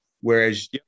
Whereas